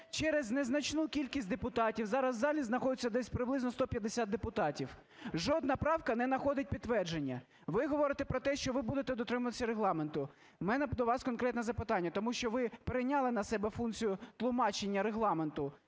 через незначну кількість депутатів, зараз в залі знаходиться десь приблизно 150 депутатів, жодна правка не находить підтвердження. Ви говорите про те, що ви будете дотримуватись Регламенту. У мене до вас конкретне запитання, тому що ви перейняли на себе функцію тлумачення Регламенту